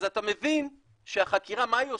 אז אתה מבין שהחקירה, מה היא עושה?